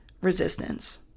resistance